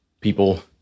people